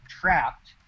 trapped